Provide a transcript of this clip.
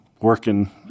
working